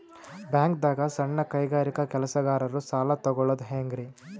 ಬ್ಯಾಂಕ್ದಾಗ ಸಣ್ಣ ಕೈಗಾರಿಕಾ ಕೆಲಸಗಾರರು ಸಾಲ ತಗೊಳದ್ ಹೇಂಗ್ರಿ?